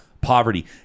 poverty